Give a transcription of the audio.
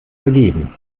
vergeben